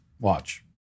Watch